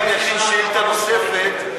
אף-על-פי שאני אכין שאילתה נוספת,